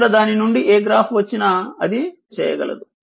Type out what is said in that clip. ఇక్కడ దాని నుండి ఏ గ్రాఫ్ వచ్చినా అది చేయగలదు